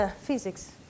physics